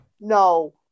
No